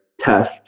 test